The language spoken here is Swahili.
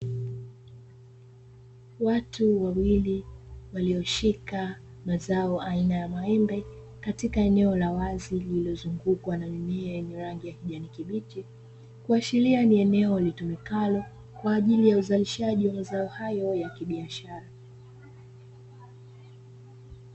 Watu wawili walioshika mazao aina ya maembe, katika eneo la wazi kililozungukwa na mimea yenye rangi ya kijani kibichi, kuashiria ni eneo litumikalo kwa ajili ya uzalishaji wa mazao hayo ya kibiashara.